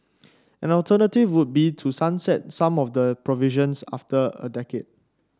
an alternative would be to sunset some of the provisions after a decade